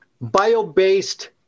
bio-based